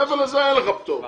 מעבר לזה אין לך פטור.